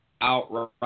outright